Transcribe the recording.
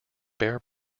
bear